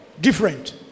different